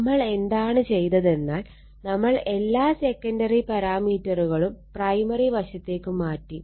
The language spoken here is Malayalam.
നമ്മൾ എന്താണ് ചെയ്തതെന്നാൽ നമ്മൾ എല്ലാ സെക്കണ്ടറി പാരാമീറ്ററുകളും പ്രൈമറി വശത്തേക്ക് മാറ്റി